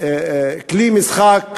כלי משחק